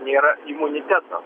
nėra imuniteto